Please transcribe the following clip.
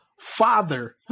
father